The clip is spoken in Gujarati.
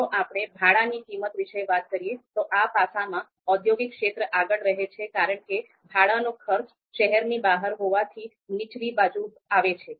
જો આપણે ભાડાની કિંમત વિશે વાત કરીએ તો આ પાસામાં ઔદ્યોગિક ક્ષેત્ર આગળ રહે છે કારણ કે ભાડાનો ખર્ચ શહેરની બહાર હોવાથી નીચલી બાજુએ આવે છે